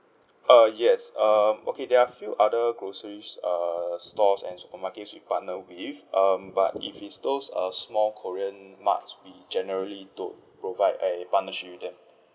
uh yes um okay there are few other groceries uh stores and supermarkets we partner with um but if it's those uh small korean marts we generally don't provide a partnership with that